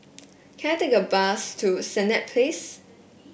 can I take a bus to Senett Place